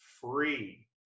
free